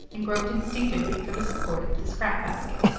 and groped instinctively for the support of the scrap basket.